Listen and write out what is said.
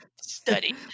study